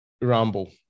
Rumble